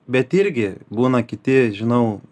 bet irgi būna kiti žinau